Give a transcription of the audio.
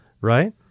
right